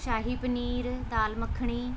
ਸ਼ਾਹੀ paneer dal makhani